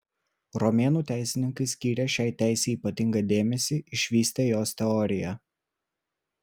romėnų teisininkai skyrė šiai teisei ypatingą dėmesį išvystė jos teoriją